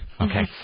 Okay